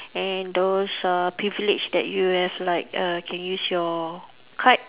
and those uh privilege that you have like err can use your card